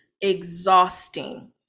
exhausting